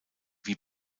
wie